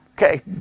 Okay